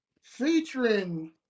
Featuring